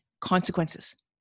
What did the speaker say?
consequences